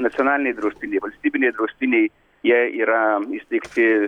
nacionaliniai draustiniai valstybiniai draustiniai jie yra įsteigti